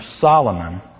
Solomon